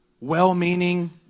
well-meaning